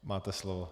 Máte slovo.